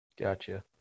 Gotcha